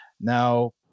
Now